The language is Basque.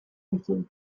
entzun